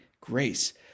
Grace